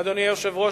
אדוני היושב-ראש,